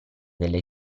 delle